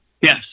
Yes